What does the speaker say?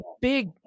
big